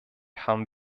haben